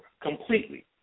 completely